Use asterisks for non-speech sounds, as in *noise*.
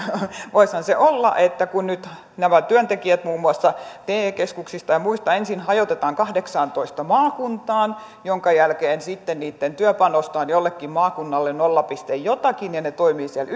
voisihan se olla että kun nyt työntekijät muun muassa te keskuksista ja muista ensin hajotetaan kahdeksaantoista maakuntaan minkä jälkeen heidän työpanoksensa on jollekin maakunnalle nolla pilkku jotakin ja he toimivat siellä *unintelligible*